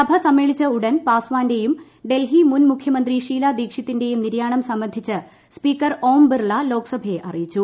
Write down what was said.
സഭ സമ്മേളിച്ച ഉടൻ പാസ്വാന്റെയുട് ഡൽഹി മുൻ മുഖ്യമന്ത്രി ഷീല ദീക്ഷിത്തിന്റെയും നിര്യാണ്ട് സംബന്ധിച്ച് സ്പീക്കർ ഓം ബിർള ലോക്സഭയെ അറിയിച്ചു